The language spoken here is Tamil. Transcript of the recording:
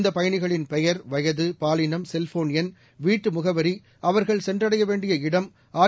இந்தப் பயணிகளின்இ பெயர்இ வயதுஇ பாலினம்லு செல்போன் எண்லு வீட்டு முகவரிலு அவர்கள் சென்றடைய வேண்டிய இடம்ல ஆர்